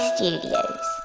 Studios